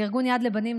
לארגון יד לבנים,